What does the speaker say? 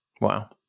Wow